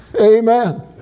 Amen